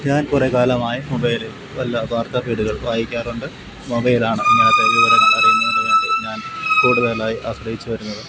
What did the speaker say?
ഞാന് കുറേ കാലമായി മൊബൈലില് പല വാര്ത്താഫീഡ്കള് വായിക്കാറുണ്ട് മൊബൈല് ആണ് വാർത്തകൾ അറിയുന്നതിന് വേണ്ടി ഞാന് കൂടുതലായി ആശ്രയിച്ച് വരുന്നത്